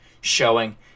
showing